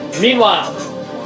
Meanwhile